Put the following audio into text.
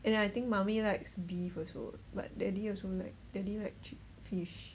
and then I think mummy likes beef also but daddy also like daddy like cheap fish